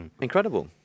Incredible